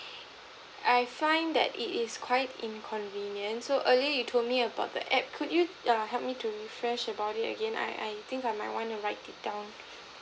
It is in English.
I find that it is quite inconvenient so earlier you told me about the app could you err help me to stress about it again I I think might want to write it down